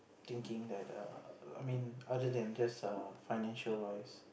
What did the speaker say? thinking that err I mean other than just err financial wise